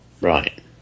Right